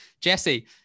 Jesse